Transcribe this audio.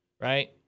right